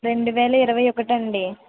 రెండు వేల ఇరవై ఒకటండి